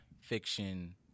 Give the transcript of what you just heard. fiction